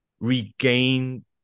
regain